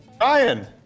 Ryan